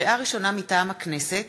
לקריאה ראשונה, מטעם הכנסת: